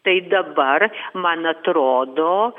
tai dabar man atrodo